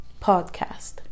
podcast